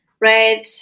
red